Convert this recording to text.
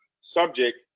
subject